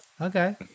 Okay